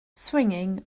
swinging